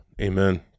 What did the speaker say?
Amen